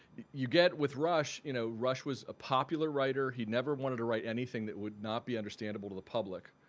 you get with rush you know rush was a popular writer. he'd never wanted to write anything that would not be understandable to the public.